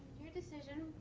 your decision.